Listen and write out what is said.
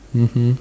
mmhmm